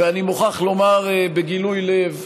ואני מוכרח לומר בגילוי לב: